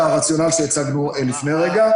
לקיים גם טייק אוויי.